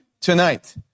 tonight